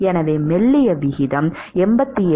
எனவே மெலிந்த விகிதம் 88